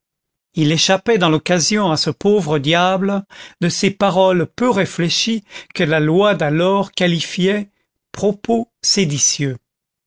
il échappait dans l'occasion à ce pauvre diable de ces paroles peu réfléchies que la loi d'alors qualifiait propos séditieux